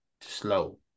slow